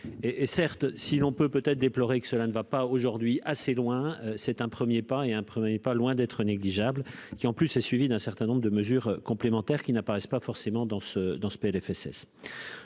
est certes, si l'on peut peut-être déplorer que cela ne va pas aujourd'hui assez loin, c'est un 1er pas et pas loin d'être négligeables qui en plus est suivi d'un certain nombre de mesures complémentaires qui n'apparaissent pas forcément dans ce dans